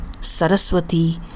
Saraswati